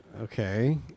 Okay